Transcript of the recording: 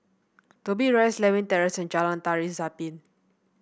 Dobbie Rise Lewin Terrace and Jalan Tari Zapin